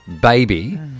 Baby